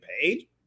paid